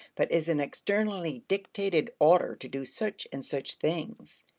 but is an externally dictated order to do such and such things.